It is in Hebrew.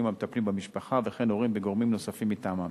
המטפלים במשפחה וכן ההורים וגורמים נוספים מטעמם.